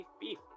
beef